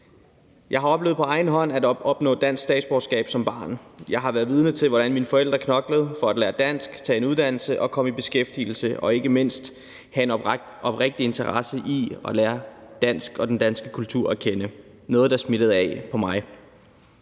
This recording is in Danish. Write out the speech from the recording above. Jeg har oplevet på egen hånd at opnå dansk statsborgerskab som barn. Jeg har været vidne til, hvordan mine forældre knoklede for at lære dansk, tage en uddannelse og komme i beskæftigelse, og ikke mindst at de havde en oprigtig interesse i at lære dansk og den danske kultur at kende – noget, der smittede af på mig.